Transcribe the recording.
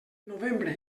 novembre